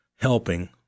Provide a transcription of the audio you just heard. helping